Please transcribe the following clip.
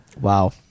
Wow